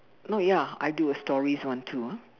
no ya I do a stories one too ah